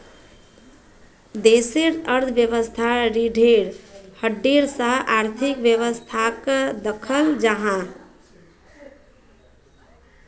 देशेर अर्थवैवास्थार रिढ़ेर हड्डीर सा आर्थिक वैवास्थाक दख़ल जाहा